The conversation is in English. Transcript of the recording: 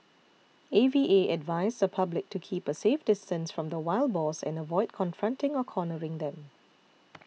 A V A advised the public to keep a safe distance from the wild boars and avoid confronting or cornering them